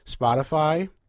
Spotify